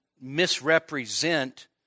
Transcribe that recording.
misrepresent